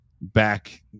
back